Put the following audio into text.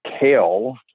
kale